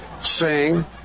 sing